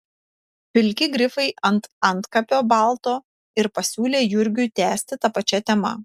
pilki grifai ant antkapio balto ir pasiūlė jurgiui tęsti ta pačia tema